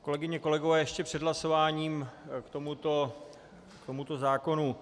Kolegyně, kolegové, ještě před hlasováním k tomuto zákonu.